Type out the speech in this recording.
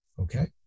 okay